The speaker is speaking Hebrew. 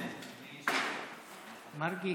שבעד,